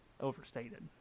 overstated